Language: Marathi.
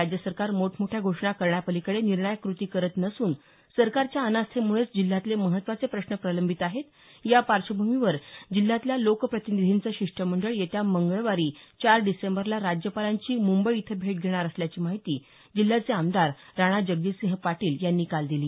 राज्यसरकार मोठ मोठ्या घोषणा करण्यापलीकडे निर्णायक कृती करत नसून सरकारच्या अनास्थेमुळेच जिल्ह्यातले महत्वाचे प्रश्न प्रलंबित आहेत या पार्श्वभूमीवर जिल्ह्यातल्या लोकप्रतिनिधींचं शिष्टमंडळ येत्या मंगळवारी चार डिसेंबरला राज्यपालांची मुंबई इथं भेट घेणार असल्याची माहिती जिल्ह्याचे आमदार राणा जगजीतसिंह पाटील यांनी दिली